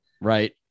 Right